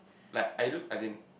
like I look as in